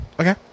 Okay